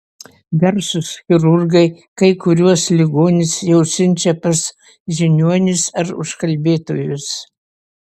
garsūs chirurgai kai kuriuos ligonius jau siunčia pas žiniuonis ar užkalbėtojus